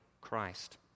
Christ